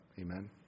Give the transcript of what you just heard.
Amen